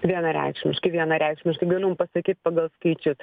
vienareikšmiškai vienareikšmiškai galiu jum pasakyt pagal skaičius